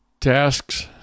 tasks